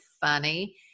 funny